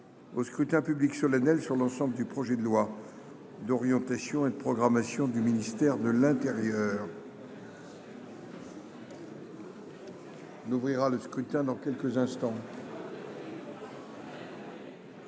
au scrutin public solennel sur l'ensemble du projet de loi d'orientation et de programmation du ministère de l'Intérieur. N'ouvrira le scrutin dans quelques instants.